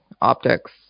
optics